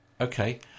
Okay